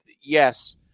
yes